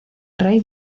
rey